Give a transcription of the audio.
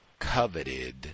coveted